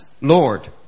Lord